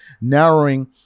narrowing